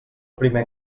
primer